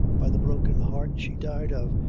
by the broken heart she died of,